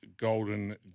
Golden